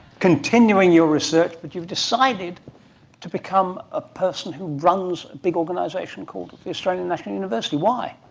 continuing your research, but you've decided to become a person who runs a big organisation called the australian national university. why?